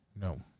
No